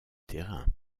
terrain